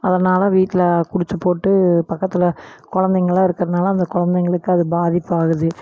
அதனால் வீட்ல குடிச்சிப்போட்டு பக்கத்தில் குழந்தைங்கள்லாம் இருக்கிறனால அந்த குழந்தைங்களுக்கு அது பாதிப்பாகுது